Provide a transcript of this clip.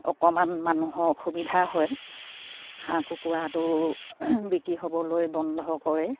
অকমান মানুহৰ অসুবিধা হয় হাঁহ কুকুৰাটো বিক্ৰী হ'বলৈ বন্ধ কৰে